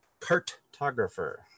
cartographer